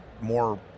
more